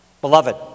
Beloved